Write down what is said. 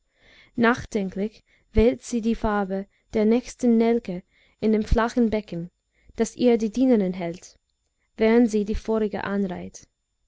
nachdenklich wählt sie die farbe der nächsten nelke in dem flachen becken das ihr die dienerin hält während sie die vorige anreiht